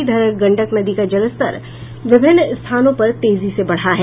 इधर गंडक नदी का जलस्तर विभिन्न स्थानों पर तेजी से बढ़ा है